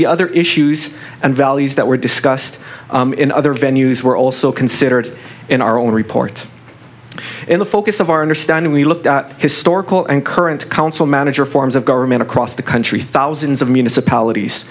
the other issues and values that were discussed in other venues were also considered in our own report in the focus of our understanding we looked at historical and current council manager forms of government across the country thousands of municipalities